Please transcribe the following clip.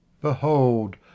Behold